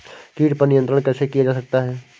कीट पर नियंत्रण कैसे किया जा सकता है?